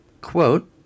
Quote